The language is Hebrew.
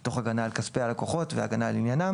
תוך הגנה על כספי הלקוחות והגנה על עניינם